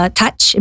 touch